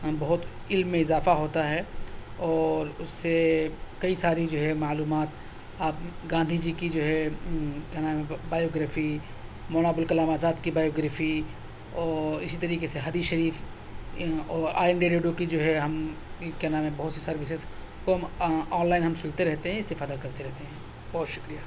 بہت علم میں اضافہ ہوتا ہے اور اس سے کئی ساری جو ہے معلومات آپ گاندھی جی کی جو ہے کیا نام ہے بایوگرافی مولانا ابوالکلام آزاد کی بایوگرافی اور اسی طریقے سے حدیث شریف اور آل انڈیا ریڈیو کی جو ہے ہم کیا نام ہے بہت سی سروسز کو ہم آنلائن ہم سنتے رہتے ہیں استفادہ کرتے رہتے ہیں بہت شکریہ